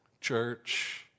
church